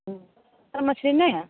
ओ मछरी नहि हइ